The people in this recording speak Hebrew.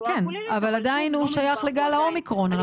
בתחלואה כוללת --- אבל עדיין הוא שייך לגל האומיקרון.